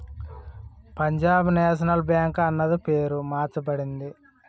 Punjab National Bank అన్నది పేరు మార్చబడింది